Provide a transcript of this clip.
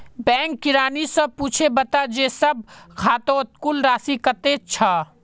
bank किरानी स पूछे बता जे सब खातौत कुल राशि कत्ते छ